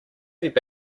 have